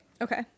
Okay